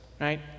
right